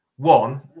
One